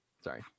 sorry